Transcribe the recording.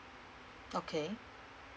okay